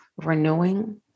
renewing